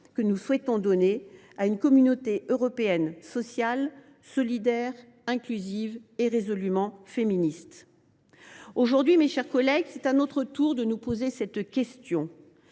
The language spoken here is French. que nous souhaitons donner à une communauté européenne sociale, solidaire, inclusive et résolument féministe. Aujourd’hui, mes chers collègues, il nous revient à notre tour de nous poser cette question